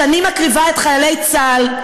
שאני מקריבה את חיילי צה"ל,